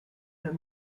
der